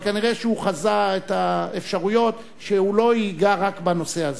אבל כנראה הוא חזה את האפשרויות שהוא לא ייגע רק בנושא הזה.